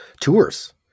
tours